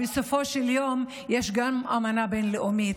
בסופו של יום יש גם אמנה בין-לאומית,